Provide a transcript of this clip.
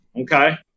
Okay